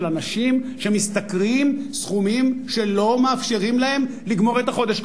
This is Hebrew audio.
של אנשים שמשתכרים סכומים שלא מאפשרים להם לגמור את החודש.